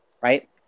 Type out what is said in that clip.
right